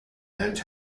and